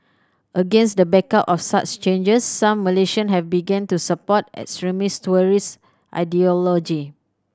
against the backdrop of such changes some Malaysian have begun to support extremist terrorist ideology